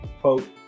quote